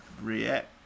react